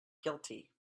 guilty